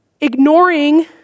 ignoring